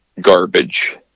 garbage